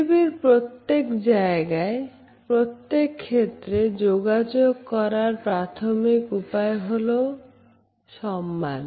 পৃথিবীর প্রত্যেক জায়গায় প্রত্যেক ক্ষেত্রে যোগাযোগ করার প্রাথমিক উপায় হল সমান